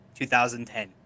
2010